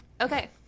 Okay